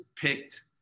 picked